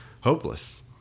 hopeless